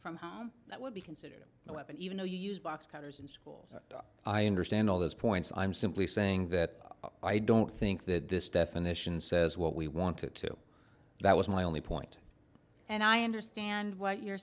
from home that would be considered a weapon even though you used box cutters and schools i understand all those points i'm simply saying that i don't think that this definition says what we want to that was my only point and i understand what you're